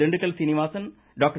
Dindigul Sreenivasan doctor